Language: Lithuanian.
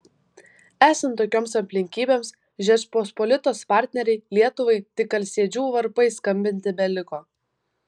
esant tokioms aplinkybėms žečpospolitos partnerei lietuvai tik alsėdžių varpais skambinti beliko